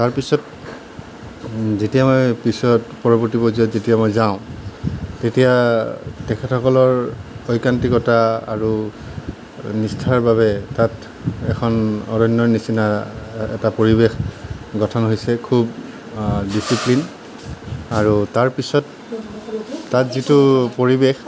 তাৰ পিছত যেতিয়া মই পিছত পৰৱৰ্তী পৰ্য্যায়ত যেতিয়া মই যাওঁ তেতিয়া তেখেতসকলৰ ঐকান্তিকতা আৰু নিষ্ঠাৰ বাবে তাত এখন অৰণ্যৰ নিচিনা এটা পৰিৱেশ গঠন হৈছে খুব ডিচিপ্লিন আৰু তাৰ পিছত তাত যিটো পৰিৱেশ